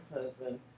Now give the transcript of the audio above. husband